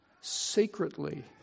secretly